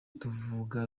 tuvuga